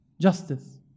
justice